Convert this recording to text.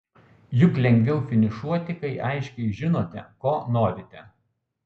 juk lengviau finišuoti kai aiškiai žinote ko norite